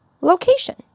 location